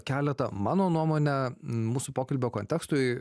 keletą mano nuomone mūsų pokalbio kontekstui